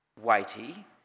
weighty